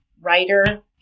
writer